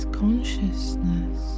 consciousness